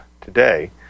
today